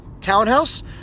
townhouse